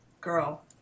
girl